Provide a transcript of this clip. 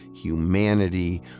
humanity